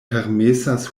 permesas